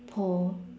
pole